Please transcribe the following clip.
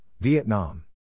Vietnam